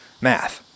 math